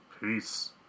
Peace